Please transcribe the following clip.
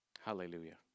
Hallelujah